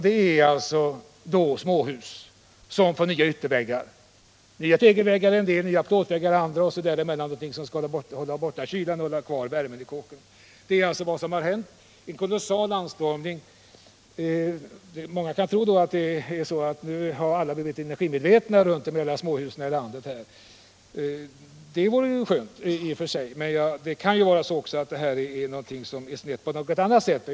Det är då fråga om småhus som man förser med nya ytterväggar — en del med nya tegelväggar, en del med nya plåtväggar och andra med förbättrad isolering som skall hålla kylan borta och bevara värmen i kåken. Det här har alltså blivit en kolossal anstormning när det gäller Nr 80 ansökningar om bidrag och lån. Onsdagen den Man skulle mot den bakgrunden kunna tro att alla småhusägare runt om i 15 februari 1978 landet nu har blivit energimedvetna. Det vore i och för sig bra, men det kan också vara så att det här har gått snett på något sätt.